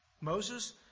Moses